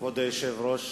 כבוד היושב-ראש,